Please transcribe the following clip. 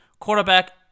Quarterback